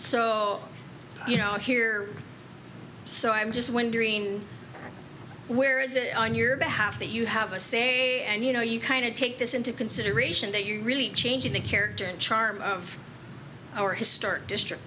so you know i'm here so i'm just wondering where is it on your behalf that you have a say and you know you kind of take this into consideration that you're really changing the character and charm of our historic district